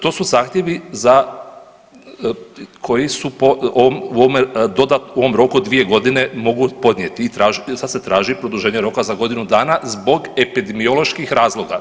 To su zahtjevi koji su ovom roku od 2 godine mogu podnijeti i sad se traži produženje roka za godinu dana zbog epidemioloških razloga.